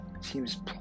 Seems